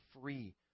free